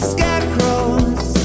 Scarecrow's